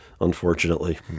unfortunately